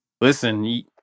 Listen